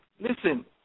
Listen